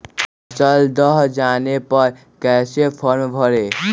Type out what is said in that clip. फसल दह जाने पर कैसे फॉर्म भरे?